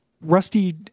rusty